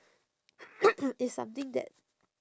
it's something that